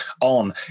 on